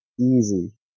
Easy